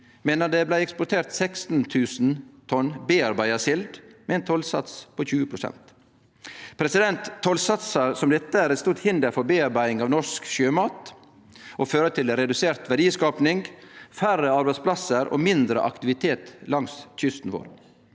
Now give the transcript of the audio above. medan det blei eksportert 16 000 tonn tilarbeidd sild med ein tollsats på 20 pst. Tollsatsar som dette er eit stort hinder for tilarbeiding av norsk sjømat og fører til redusert verdiskaping, færre arbeidsplassar og mindre aktivitet langs kysten vår.